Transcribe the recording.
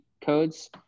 codes